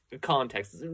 context